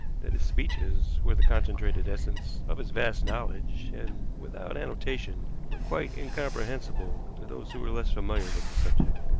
that his speeches were the concentrated essence of his vast knowledge, and, without annotation, were quite incomprehensible to those who were less familiar with the subject.